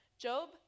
Job